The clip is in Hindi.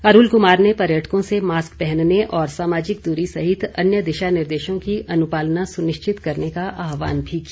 अरूल कुमार ने पर्यटकों से मास्क पहनने और सामाजिक दूरी सहित अन्य दिशा निर्देशों की अनुपालना सुनिश्चित करने का आहवान भी किया